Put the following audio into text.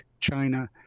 China